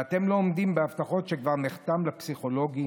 ואתם לא עומדים בהבטחות שכבר נחתמו לפסיכולוגים?